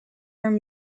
arm